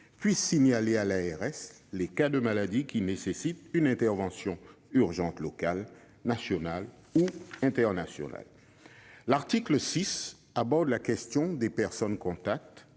puissent signaler à l'ARS les cas de maladies qui nécessitent une intervention urgente locale, nationale ou internationale. L'article 6 aborde la question des personnes contacts,